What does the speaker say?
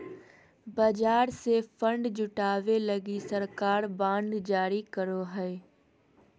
बाजार से फण्ड जुटावे लगी सरकार बांड जारी करो हय